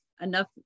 enough